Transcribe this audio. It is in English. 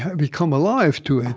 we come alive to it.